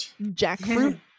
jackfruit